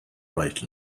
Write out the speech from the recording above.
right